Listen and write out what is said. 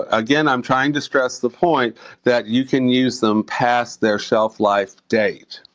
again, i'm trying to stress the point that you can use them past their shelf life date.